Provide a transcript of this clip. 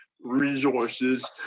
resources